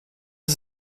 sie